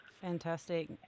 Fantastic